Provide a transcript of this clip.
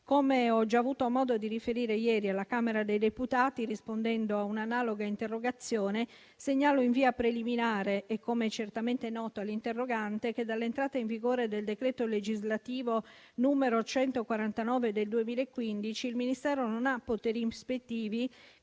Come ho già avuto modo di riferire ieri alla Camera dei deputati rispondendo a un'analoga interrogazione, segnalo in via preliminare - come è certamente noto all'interrogante - che dall'entrata in vigore del decreto legislativo n. 149 del 2015 il Ministero non ha poteri ispettivi,